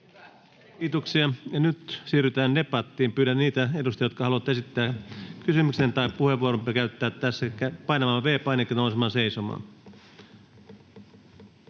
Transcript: Kiitoksia. — Ja nyt siirrytään debattiin. Pyydän niitä edustajia, jotka haluavat esittää kysymyksen tai puheenvuoron käyttää tässä, painamaan V-painiketta ja nousemaan seisomaan.